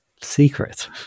secret